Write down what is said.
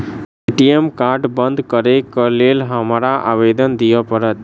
ATM card बंद करैक लेल हमरा आवेदन दिय पड़त?